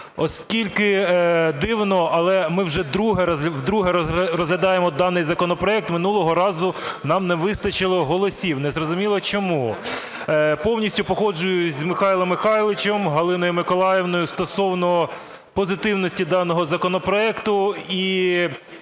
Оскільки дивно, але ми вже вдруге розглядаємо даний законопроект. Минулого разу нам не вистачило голосів, незрозуміло чому. Повністю погоджуюсь з Михайлом Михайловичем, Галиною Миколаївною стосовно позитивності даного законопроекту.